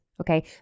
Okay